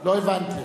לא הבנתי.